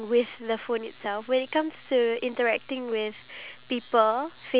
they're not entirely devices that can give out the emotions